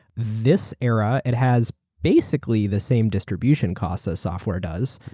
this era, it has basically the same distribution cost as software does.